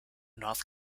north